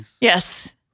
Yes